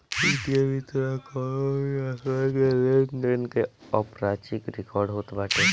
वित्तीय विवरण कवनो भी व्यवसाय के लेनदेन के औपचारिक रिकार्ड होत बाटे